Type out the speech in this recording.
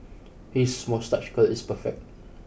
his moustache curl is perfect